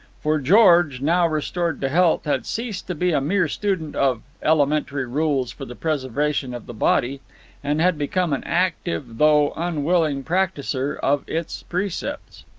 for george, now restored to health, had ceased to be a mere student of elementary rules for the preservation of the body and had become an active, though unwilling, practiser of its precepts.